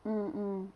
mm mm